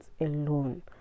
alone